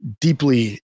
deeply